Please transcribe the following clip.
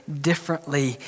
differently